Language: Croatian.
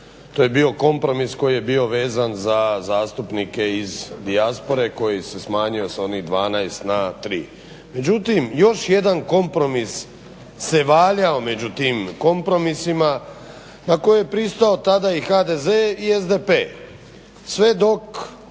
to je bio kompromis koji je bio vezan za zastupnike iz dijaspore koji se smanjio s onih 12 na 3. Međutim još jedan kompromis se valjao među tim kompromisima na koje je tada pristao i HDZ i SDP, sve dok